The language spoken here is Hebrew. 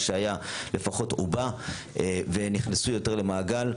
שהיה לפחות הוא בא ונכנסו יותר למעגל.